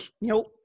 Nope